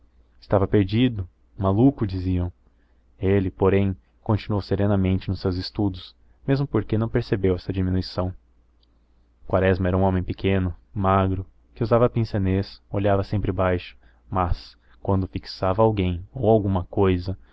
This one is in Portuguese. estava perdido maluco diziam ele porém continuou serenamente nos seus estudos mesmo porque não percebeu essa diminuição quaresma era um homem pequeno magro que usava pince-nez olhava sempre baixo mas quando fixava alguém ou alguma cousa